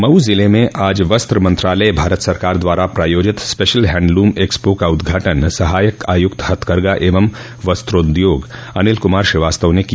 मऊ जिले में आज वस्त्र मंत्रालय भारत सरकार द्वारा प्रायोजित स्पेशल हैण्डलूम एक्सपो का उद्घाटन सहायक आयुक्त हथकरघा एवं वस्त्रोद्योग अनिल कुमार श्रीवास्तव ने किया